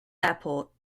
airport